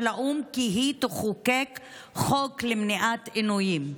האו"ם כי היא תחוקק חוק למניעת עינויים.